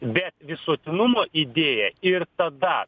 bet visuotinumo idėja ir tada